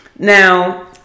Now